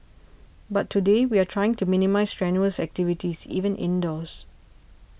but today we are trying to minimise strenuous activities even indoors